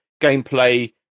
gameplay